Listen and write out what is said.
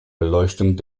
beleuchtung